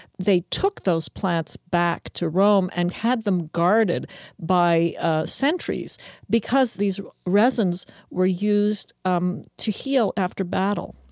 they took those plants back to rome and had them guarded by sentries because these resins were used um to heal after battle,